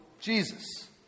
Jesus